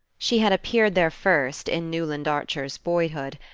she had appeared there first, in newland archer's boyhood,